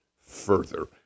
further